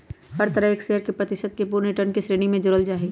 हर एक शेयर के प्रतिशत के पूर्ण रिटर्न के श्रेणी में जोडल जाहई